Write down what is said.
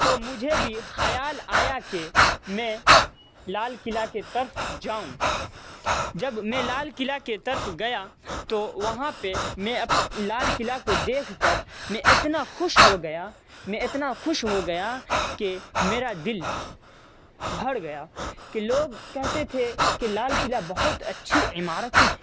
تو مجھے بھی خیال آیا کہ میں لال قلعہ کے طرف جاؤں جب میں لال قلعہ کے طرف گیا تو وہاں پہ میں لال قلعہ کو دیکھ کر میں اتنا خوش ہو گیا میں اتنا خوش ہو گیا کہ میرا دل بھر گیا کہ لوگ کہتے تھے کہ لال قلعہ بہت اچّّھی عمارتیں